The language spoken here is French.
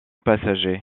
passagers